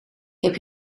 heb